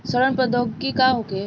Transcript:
सड़न प्रधौगकी का होखे?